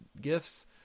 gifts